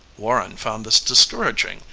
warren found this discouraging,